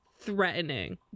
threatening